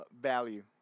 Value